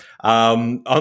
On